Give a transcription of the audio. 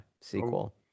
sequel